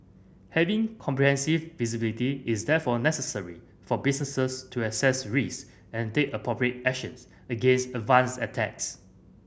having comprehensive visibility is therefore necessary for businesses to assess risk and take appropriate actions against advanced attacks